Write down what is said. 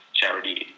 charity